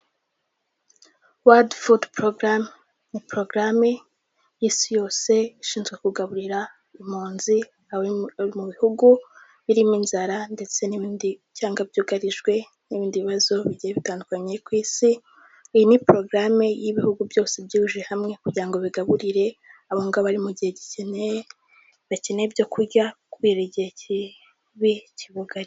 World food program ni porogarame y'isi yose ishinzwe kugaburira impunzi mu bihugu birimo inzara ndetse n'ibindi cyangwa byugarijwe n'ibindi bibazo bigiye bitandukanye ku isi. Iyi ni porogarame y'ibihugu byose byihurije hamwe kugirango bigaburire abongabo bari mu gihe gikenewe, bakeneye ibyo kurya kubera igihe kibi kibugarije.